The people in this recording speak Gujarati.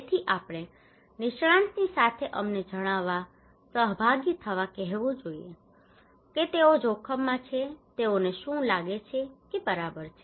તેથી આપણે નિષ્ણાંતની સાથે અમને જણાવવા સહભાગી થવા કહેવું જોઈએ કે તેઓ જોખમમાં છે કે તેઓને શું લાગે છે કે બરાબર છે